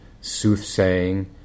soothsaying